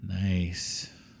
Nice